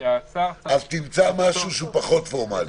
שהשר צריך --- אז תמצא משהו שהוא פחות פורמלי.